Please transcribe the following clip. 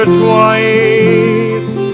twice